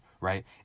right